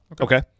Okay